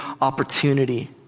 opportunity